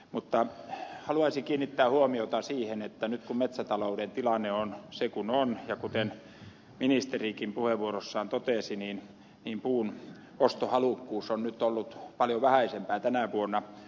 mutta haluaisin kiinnittää huomiota siihen että nyt kun metsätalouden tilanne on se kuin on ja kuten ministerikin puheenvuorossaan totesi niin puun ostohalukkuus on nyt ollut paljon vähäisempää tänä vuonna